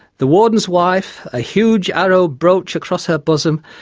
the warden's wife, a huge arrow brooch across her bosom,